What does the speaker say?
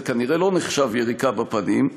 זה כנראה לא נחשב יריקה בפנים,